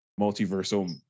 multiversal